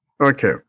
Okay